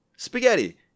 Spaghetti